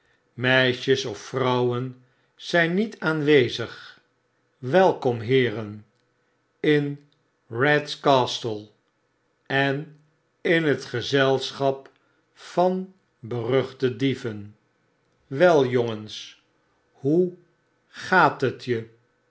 meisjes of vrouwen zyn niet aanwezig welkom heeren in rats castle en in het gezelschap van beruchte dieven wel jongensl hoe gaat hetje